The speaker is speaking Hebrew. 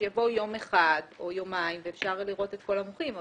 שיבוא יום אחד או יומיים ואפשר לראות את כל המומחים,